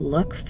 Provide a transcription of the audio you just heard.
Look